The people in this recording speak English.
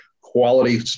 quality